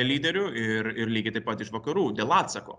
lyderių ir ir lygiai taip pat iš vakarų dėl atsako